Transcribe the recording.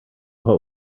what